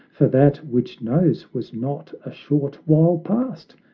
for that which knows was not a short while past!